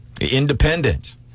Independent